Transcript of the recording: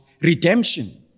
redemption